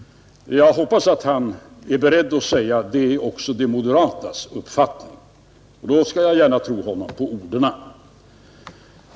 Jag hoppas att han är beredd att säga att det är även de moderatas uppfattning. Då skall jag gärna tro honom på orden.